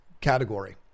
category